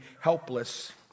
helpless